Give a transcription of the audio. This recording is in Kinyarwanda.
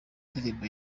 ndirimbo